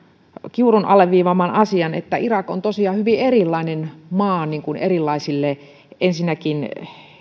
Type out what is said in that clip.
kiurun alleviivaaman asian että ensinnäkin irak on tosiaan hyvin erilainen maa erilaisille